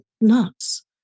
nuts